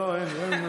לא, אין.